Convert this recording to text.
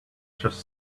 just